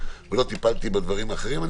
ולא טיפלתי בדברים האחרים,